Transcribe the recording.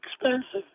expensive